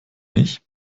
ich